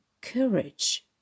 courage